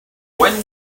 when